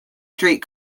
street